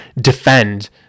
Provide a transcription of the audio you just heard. defend